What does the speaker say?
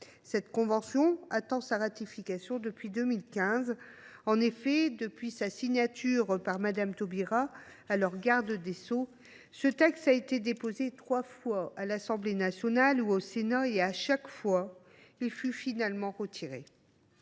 convention qui attend sa ratification depuis 2015. En effet, depuis sa signature par Mme Taubira, alors garde des sceaux, ce texte a été déposé trois fois à l’Assemblée nationale ou au Sénat ; à chaque fois, il a fini par être retiré.